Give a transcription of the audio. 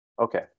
Okay